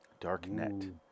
Darknet